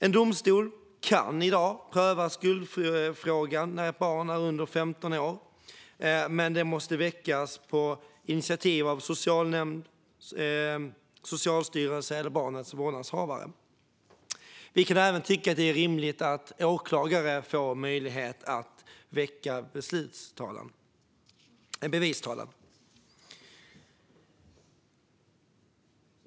En domstol kan i dag pröva skuldfrågan för barn under 15 år, men det måste ske på initiativ av socialnämnden, Socialstyrelsen eller barnets vårdnadshavare. Vi tycker att det är rimligt att även åklagare får möjlighet att väcka bevistalan. Fru talman!